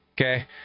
Okay